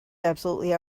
absolutely